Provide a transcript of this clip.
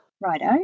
righto